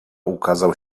ukazał